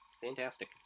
Fantastic